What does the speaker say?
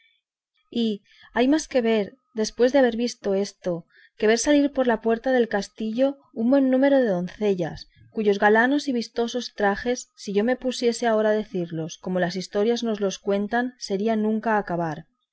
y hay más que ver después de haber visto esto que ver salir por la puerta del castillo un buen número de doncellas cuyos galanos y vistosos trajes si yo me pusiese ahora a decirlos como las historias nos los cuentan sería nunca acabar